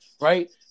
right